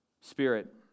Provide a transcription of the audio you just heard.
Spirit